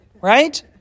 right